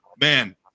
man